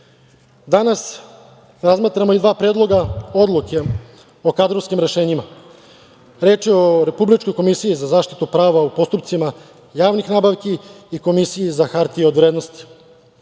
SPS.Danas, razmatramo i dva predloga odluka o kadrovskim rešenjima. Reč je o Republičkoj komisiji za zaštitu prava u postupcima javnih nabavki i Komisiji za hartije od vrednosti. Na